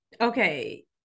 Okay